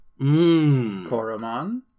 Koromon